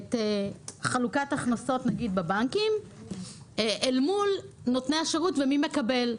את חלוקת ההכנסות בבנקים אל מול נותני השירות ומי מקבל.